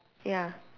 ya